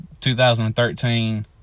2013